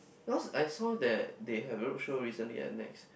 because I saw that they have roadshow recently and next